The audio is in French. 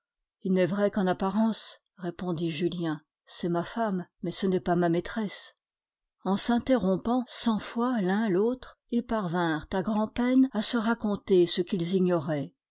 il n'est vrai qu'en apparence répondit julien c'est ma femme mais ce n'est pas ma maîtresse en s'interrompant cent fois l'un l'autre ils parvinrent à grand'peine à se raconter ce qu'ils ignoraient